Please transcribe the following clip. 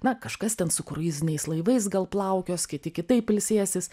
na kažkas ten su kruiziniais laivais gal plaukios kiti kitaip ilsėsis